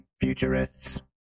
futurists